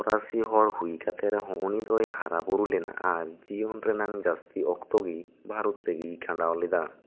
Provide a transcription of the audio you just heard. ᱯᱷᱚᱨᱟᱥᱤ ᱦᱚᱲ ᱦᱩᱭ ᱠᱟᱛᱮ ᱨᱮᱦᱚᱸ ᱩᱱᱤ ᱫᱚᱭ ᱦᱟᱨᱟ ᱵᱩᱨᱩ ᱞᱮᱱᱟ ᱟᱨ ᱡᱤᱭᱚᱱ ᱨᱮᱱᱟᱜ ᱡᱟᱹᱥᱛᱤ ᱚᱠᱛᱚ ᱜᱮ ᱵᱷᱟᱨᱚᱛ ᱨᱮᱜᱮᱭ ᱠᱷᱟᱸᱰᱟᱣ ᱞᱮᱫᱟ